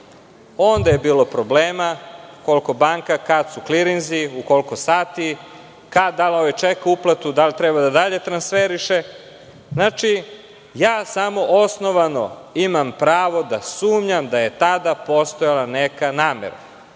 onda je bilo problema, koliko banka, kad su klirinzi, u koliko sati, kad, da li ovaj ček, uplatu, da li treba da dalje transferiše. Znači, ja samo osnovano imam pravo da sumnjam da je tada postojala neka namera